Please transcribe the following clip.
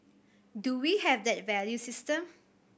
do we have that value system